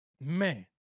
Man